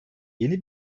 yeni